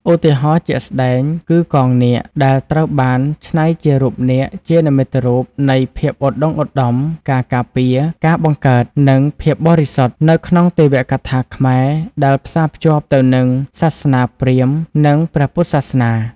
ឧទាហរណ៍ជាក់ស្តែងគឺ កងនាគ ដែលត្រូវបានច្នៃជារូបនាគជានិមិត្តរូបនៃ ភាពឧត្តុង្គឧត្តម ការការពារ ការបង្កើត និងភាពបរិសុទ្ធ នៅក្នុងទេវកថាខ្មែរ ដែលផ្សារភ្ជាប់ទៅនឹងសាសនាព្រាហ្មណ៍ និងព្រះពុទ្ធសាសនា។